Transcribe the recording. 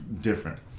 Different